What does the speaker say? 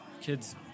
kids